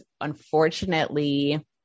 unfortunately